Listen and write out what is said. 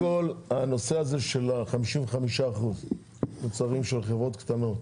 קודם כול, הנושא של 55% מוצרים של חברות קטנות